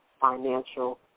financial